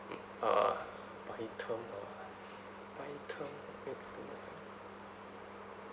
uh by term or not by term or fixed term